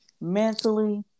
mentally